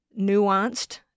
nuanced